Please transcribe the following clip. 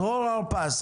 דרור אורפז,